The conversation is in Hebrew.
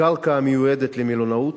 קרקע המיועדת למלונאות,